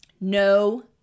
No